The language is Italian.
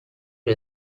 per